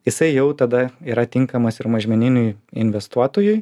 jisai jau tada yra tinkamas ir mažmeniniui investuotojui